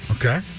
Okay